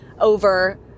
over